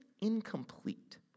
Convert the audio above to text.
incomplete